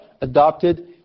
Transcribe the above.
adopted